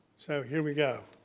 so, here we go.